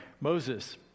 Moses